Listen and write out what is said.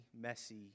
messy